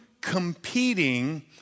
competing